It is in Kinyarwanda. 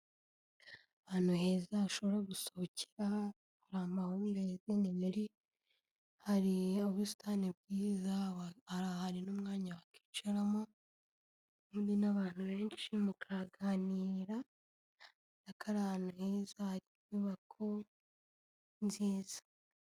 Ahantu heza bashobora gusohokera, hari amahumbezi, hari ubusitani bwiza, hari ahantu n'umwanya wakicaramo, uri kumwe n'abantu benshi mukaganira, ariko ari ahantu heza hafite inyubako nziza.